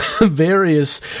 various